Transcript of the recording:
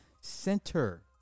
Center